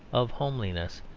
of homeliness,